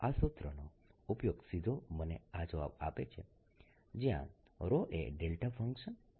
આ સૂત્રનો ઉપયોગ સીધો મને આ જવાબ આપે છે જયાં એ ડેલ્ટા ફંક્શન છે